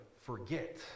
forget